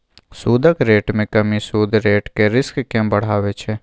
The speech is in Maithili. सुदक रेट मे कमी सुद रेटक रिस्क केँ बढ़ाबै छै